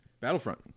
Battlefront